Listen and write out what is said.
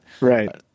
Right